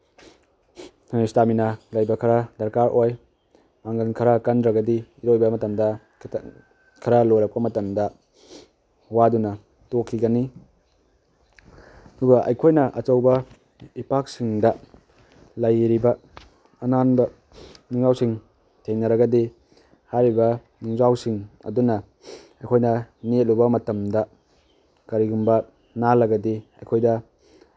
stamina ꯂꯩꯕ ꯈꯔ ꯗꯔꯀꯥꯔ ꯑꯣꯏ ꯄꯥꯡꯒꯜ ꯈꯔ ꯀꯟꯗ꯭ꯔꯒꯗꯤ ꯏꯔꯣꯏꯕ ꯃꯇꯝꯗ ꯈꯔ ꯂꯣꯏꯔꯛꯄ ꯃꯇꯝꯗꯆ ꯋꯥꯥꯗꯨꯅ ꯇꯣꯛꯈꯤꯒꯅꯤ ꯑꯗꯨꯒ ꯑꯩꯈꯣꯏꯅ ꯑꯆꯧꯕ ꯏꯄꯥꯛꯁꯤꯡꯗ ꯂꯩꯔꯤꯕ ꯑꯅꯥꯟꯕ ꯅꯨꯡꯖꯥꯎꯁꯤꯡ ꯊꯦꯡꯅꯔꯒꯗꯤ ꯍꯥꯏꯔꯤꯕ ꯅꯨꯡꯖꯥꯎꯁꯤꯡ ꯑꯗꯨꯅ ꯑꯩꯈꯣꯏꯅ ꯅꯦꯠꯂꯨꯕ ꯃꯇꯝꯗ ꯀꯔꯤꯒꯨꯝꯕ ꯅꯥꯜꯂꯒꯗꯤ ꯑꯩꯈꯣꯏꯗ